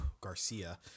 Garcia